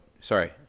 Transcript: sorry